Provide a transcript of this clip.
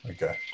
Okay